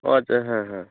ও আচ্ছা হ্যাঁ হ্যাঁ